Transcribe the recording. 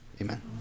Amen